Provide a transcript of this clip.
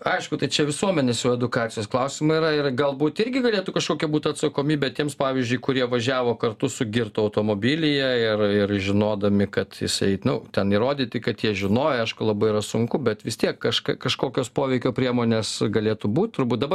aišku tai čia visuomenės jau edukacijos klausimai yra ir galbūt irgi galėtų kažkokia būt atsakomybė tiems pavyzdžiui kurie važiavo kartu su girtu automobilyje ir ir žinodami kad jisai nu ten įrodyti kad jie žinojo aišku labai yra sunku bet vis tiek kažkaip kažkokios poveikio priemonės galėtų būt turbūt dabar